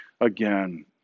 again